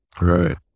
Right